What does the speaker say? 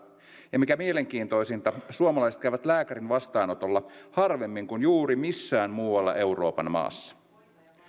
ja mikä mielenkiintoisinta suomalaiset käyvät lääkärin vastaanotolla harvemmin kuin juuri missään muualla euroopan maassa käydään